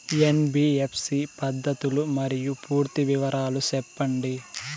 NBFC పద్ధతులు మరియు పూర్తి వివరాలు సెప్పండి?